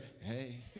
hey